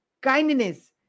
kindness